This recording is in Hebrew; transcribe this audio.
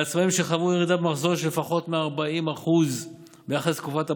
לעצמאים שחוו ירידה במחזור של לפחות 40% ביחס לתקופת הבסיס,